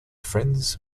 friends